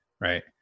Right